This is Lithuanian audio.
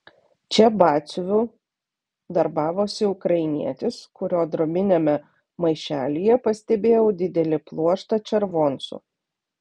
čia batsiuviu darbavosi ukrainietis kurio drobiniame maišelyje pastebėjau didelį pluoštą červoncų